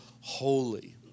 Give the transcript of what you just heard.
holy